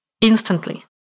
instantly